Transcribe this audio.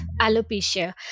alopecia